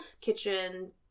kitchen